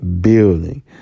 building